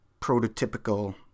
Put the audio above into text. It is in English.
prototypical